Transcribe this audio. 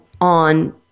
on